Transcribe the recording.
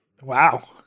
Wow